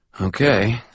Okay